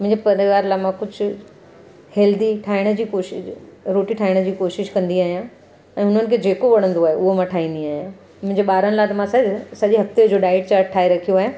मुंहिंजे परिवार लाइ मां कुझु हेल्दी ठाहिण जी कोशिशि रोटी ठाहिण जी कोशिशि कंदी आहियां त हुननि खे जेको वणंदो आहे उहो मां ठाहींदी आहियां मुंहिंजे ॿारनि लाइ त मां सर सॼे हफ़्ते जो डाइट चार्ट ठाहे रखियो आहे